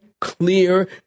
clear